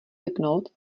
vypnout